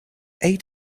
eight